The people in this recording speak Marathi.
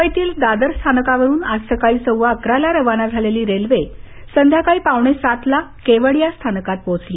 मुंबईतील दादर स्थानकावरुन आज सकाळी सव्वा अकराला रवाना झालेली रेल्वे संध्याकाळी पावणेसातला केवडिया स्थानकात पोहोचली